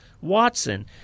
Watson